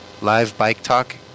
livebiketalk